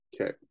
Okay